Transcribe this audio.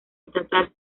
estatal